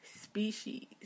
species